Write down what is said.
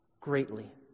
greatly